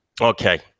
Okay